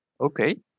Okay